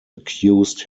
accused